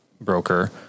broker